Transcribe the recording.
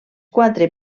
quatre